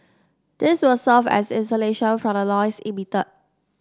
this will serve as insulation from the noise emitted